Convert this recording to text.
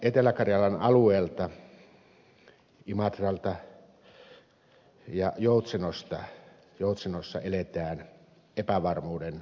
etelä karjalan alueella imatralla ja joutsenossa eletään epävarmuuden aikaa